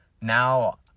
now